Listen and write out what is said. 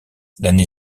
l’année